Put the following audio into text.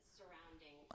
surrounding